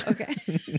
Okay